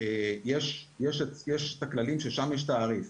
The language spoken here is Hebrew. יש את הכללים ששם יש תעריף,